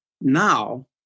Now